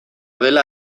dela